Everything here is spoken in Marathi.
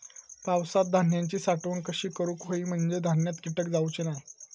पावसात धान्यांची साठवण कशी करूक होई म्हंजे धान्यात कीटक जाउचे नाय?